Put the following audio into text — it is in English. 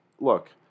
look